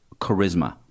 charisma